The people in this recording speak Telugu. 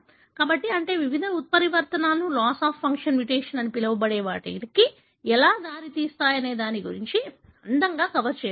కాబట్టి అంటే వివిధ ఉత్పరివర్తనలు లాస్ ఆఫ్ ఫంక్షన్ మ్యుటేషన్ అని పిలవబడే వాటికి ఎలా దారితీస్తాయనే దాని గురించి అందంగా కవర్ చేయబడింది